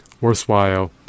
worthwhile